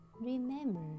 remember